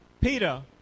Peter